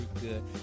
good